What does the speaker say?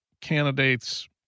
candidates